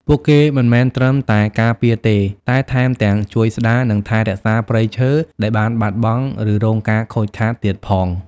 ពួកគេមិនមែនត្រឹមតែការពារទេ តែថែមទាំងជួយស្ដារ និងថែរក្សាព្រៃឈើដែលបានបាត់បង់ ឬរងការខូចខាតទៀតផង។